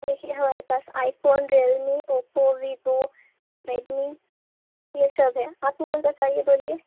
دیکھیے ہمارے پاس iPhone Realme Oppo Vivo Redmi یہ سب ہے آپ کو کون سا چاہیے بولیے